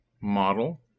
Model